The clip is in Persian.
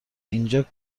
اینجا